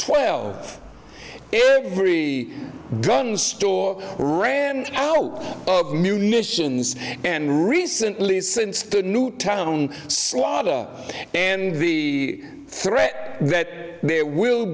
twelve every gun store ran out of munitions and recently since the newtown slaughter and the threat that